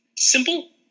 simple